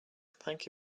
thank